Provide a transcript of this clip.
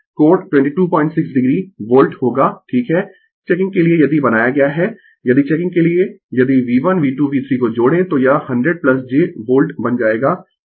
तो यह 1538 कोण 226 o वोल्ट होगा ठीक है चेकिंग के लिए यदि बनाया गया है यदि चेकिंग के लिए यदि V1 V2V3 को जोड़ें तो यह 100 j वोल्ट बन जाएगा